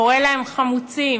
קורא להם "חמוצים".